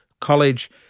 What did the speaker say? college